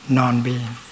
non-being